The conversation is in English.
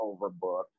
overbooked